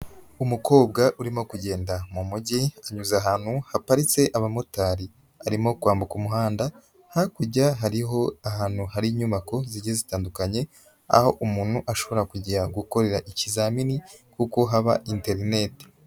Umukobwa urimo kugenda mu mugi, anyuze ahantu haparitse abamotari. Arimo kwambuka umuhanda, hakujya hariho ahantu hari inyubako zigiye zitandukanye, aho umuntu ashobora kujya gukorera ikizamini kuko haba interineti.